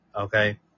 okay